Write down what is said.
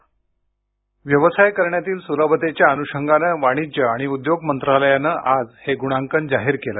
ध्वनी व्यवसाय करण्यातील सुलभतेच्या अनुशंगाने वाणिज्य आणि उद्योग मंत्रालयानं आज हे ग्णांकन जाहीर केलं